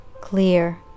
clear